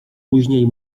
później